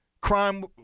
Crime